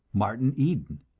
martin eden.